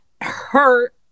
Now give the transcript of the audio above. hurt